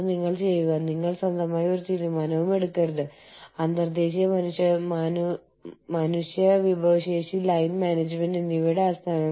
ഉദാഹരണത്തിന് നിങ്ങൾ ഒരു ലോകപ്രശസ്ത ബ്രാൻഡിന്റെ ഒരു ഫ്രാഞ്ചൈസി എടുക്കുന്നു